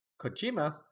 Kojima